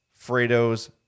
Fredo's